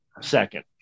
second